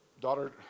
daughter